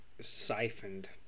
siphoned